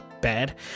bad